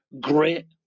grit